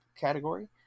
category